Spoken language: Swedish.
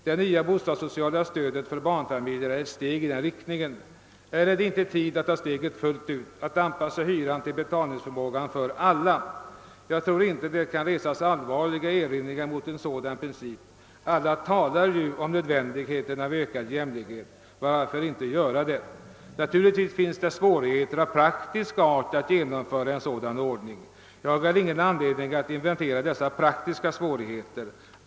Det nya bostadssociala stödet till barnfamiljer är ett steg i den riktningen. Är det inte tid att ta steget fullt ut, att anpassa hyran till betalningsförmågan för alla? Jag tror inte det kan resas allvarliga erinringar mot en sådan princip. Alla talar ju om nödvändigheten av ökad jämlikhet — varför inte göra det? Naturligtvis finns det svårigheter av praktisk art att genomföra en sådan ordning. Jag har ingen anledning att inventera dessa praktiska svårigheter.